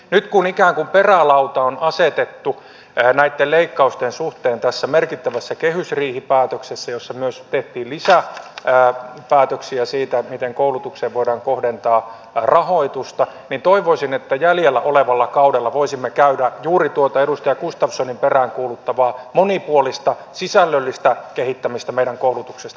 nyt kun ikään kuin perälauta on asetettu näitten leikkausten suhteen tässä merkittävässä kehysriihipäätöksessä jossa myös tehtiin lisäpäätöksiä siitä miten koulutukseen voidaan kohdentaa rahoitusta niin toivoisin että jäljellä olevalla kaudella voisimme käydä juuri tuota edustaja gustafssonin peräänkuuluttamaa monipuolista sisällöllisen kehittämisen keskustelua meidän koulutuksesta